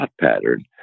pattern